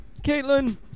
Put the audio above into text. Caitlin